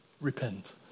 repent